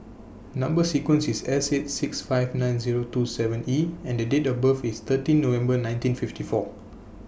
Number sequence IS S eight six five nine Zero two seven E and Date of birth IS thirteen November nineteen fifty four